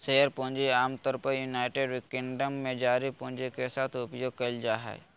share पूंजी आमतौर पर यूनाइटेड किंगडम में जारी पूंजी के साथ उपयोग कइल जाय हइ